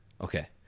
Okay